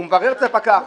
הוא מברר אצל הפקח,